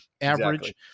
average